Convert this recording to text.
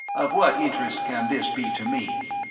of what interest can this be to me?